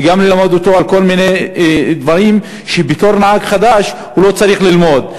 וגם ללמד אותו כל מיני דברים שבתור נהג חדש הוא לא צריך ללמוד.